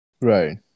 right